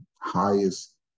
Highest